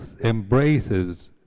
embraces